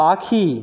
পাখি